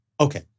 Okay